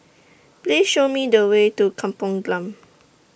Please Show Me The Way to Kampung Glam